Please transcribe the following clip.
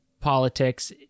politics